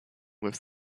with